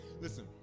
Listen